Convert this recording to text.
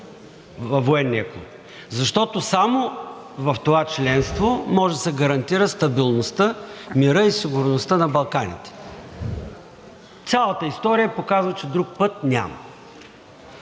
във Военния клуб, защото само в това членство може да се гарантира стабилността, мирът и сигурността на Балканите. Цялата история показва, че друг път няма.